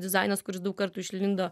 dizainas kuris daug kartų išlindo